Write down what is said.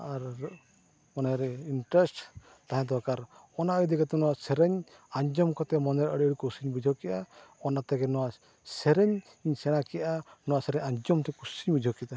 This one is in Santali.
ᱟᱨ ᱢᱚᱱᱮᱨᱮ ᱤᱱᱴᱟᱨᱮᱹᱥᱴ ᱛᱟᱦᱮᱸ ᱫᱚᱨᱠᱟᱨ ᱚᱱᱟ ᱤᱫᱤ ᱠᱟᱛᱮᱫ ᱱᱚᱣᱟ ᱥᱮᱨᱮᱧ ᱟᱸᱡᱚᱢ ᱠᱟᱛᱮᱫ ᱢᱚᱱᱮᱨᱮ ᱟᱹᱰᱤ ᱠᱩᱥᱤᱧ ᱵᱩᱡᱷᱟᱹᱣ ᱠᱮᱜᱼᱟ ᱚᱱᱟ ᱛᱮᱜᱮ ᱱᱚᱣᱟ ᱥᱮᱨᱮᱧ ᱤᱧ ᱥᱮᱬᱟ ᱠᱮᱜᱼᱟ ᱱᱚᱣᱟ ᱥᱮᱨᱮᱧ ᱟᱸᱡᱚᱢ ᱛᱮ ᱠᱩᱥᱤᱧ ᱵᱩᱡᱷᱟᱹᱣ ᱠᱮᱫᱟ